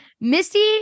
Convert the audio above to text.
Misty